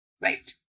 right